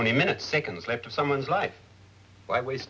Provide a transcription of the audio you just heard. only minutes seconds left to someone's life why waste